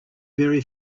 very